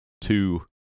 two